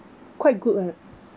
quite good [one]